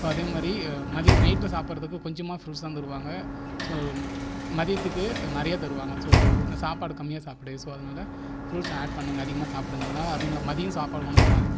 so அதே மாதிரி நைட்டில் சாப்பிடுகிறதுக்கு கொஞ்சமாக ஃப்ரூட்ஸ் தான் தருவாங்க ஸோ மதியத்துக்கு நிறைய தருவாங்க ஸோ சாப்பாடு கம்மியாக சாப்பிடு ஸோ அதனால் ஃப்ரூட்ஸ் அதிகமாக சாப்பிடுங்கள் மதிய சாப்பாடு உணவுதான்